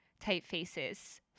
typefaces